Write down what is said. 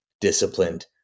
disciplined